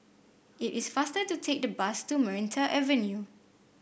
it is faster to take the bus to Maranta Avenue